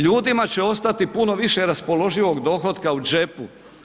Ljudima će ostati puno više raspoloživog dohotka u džepu.